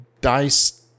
dice